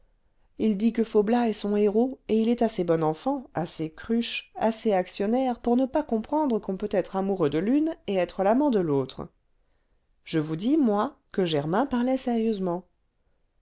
il dit que faublas est son héros et il est assez bon enfant assez cruche assez actionnaire pour ne pas comprendre qu'on peut être amoureux de l'une et être l'amant de l'autre je vous dis moi que germain parlait sérieusement